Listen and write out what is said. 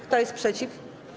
Kto jest przeciw?